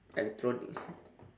electronic